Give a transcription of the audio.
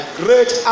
great